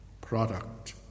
product